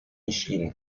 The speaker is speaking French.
micheline